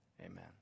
amen